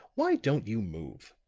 why don't you move?